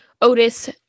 Otis